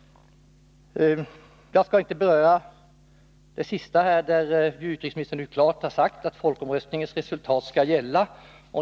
Jag skall inte beröra vad utrikesministern säger sist i svaret, att folkomröstningens resultat skall gälla.